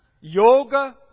yoga